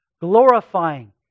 glorifying